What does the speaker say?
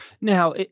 Now